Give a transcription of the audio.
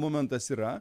momentas yra